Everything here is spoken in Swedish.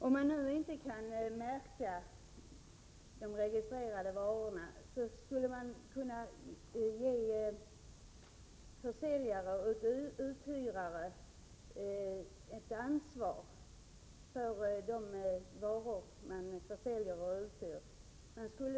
Om man nu inte kan märka de registrerade varorna, skulle man kunna hävda att försäljare och uthyrare måste ta ansvar för de varor de säljer och hyr ut.